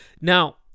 Now